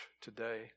today